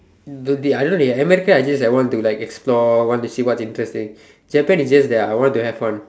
mm I don't know dey America I just want to explore see what interesting Japan is just that I want to have fun